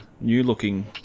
new-looking